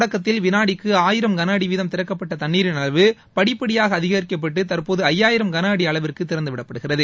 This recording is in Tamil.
தொடக்கத்தில் விளாடிக்கு ஆயிரம் களஅடி வீதம் திறக்கப்பட்ட தண்ணீரின் அளவு படிப்படியாக அதிகரிக்கப்பட்டு தற்போது ஐயாயிரம் கனஅடி அளவிற்கு திறந்து விடப்படுகிறது